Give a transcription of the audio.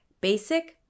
Basic